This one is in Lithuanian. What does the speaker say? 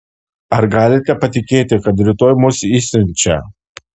ar galite patikėti kad rytoj mus išsiunčia